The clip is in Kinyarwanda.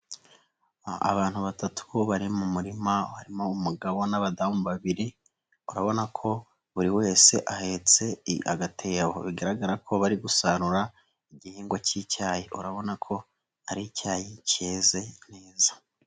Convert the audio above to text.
Abantu batatu bari mu murima, harimo umugabo n'abadamu babiri, urabona ko buri wese ahetse agatebo, bigaragara ko bari gusarura igihingwa cy'icyayi, urabona ko ari icyayi cyeze neza.